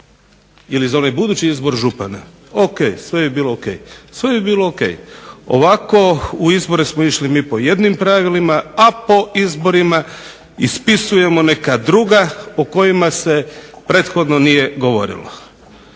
ili za onaj budući izbor župana o.k. Sve bi bilo o.k. Ovako u izbore smo išli mi po jednim pravilima, a po izborima ispisujemo neka druga o kojima se prethodno nije govorilo.